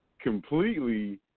completely